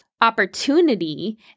opportunity